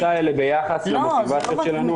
הנחות מוצא האלה ביחס למוטיבציה שלנו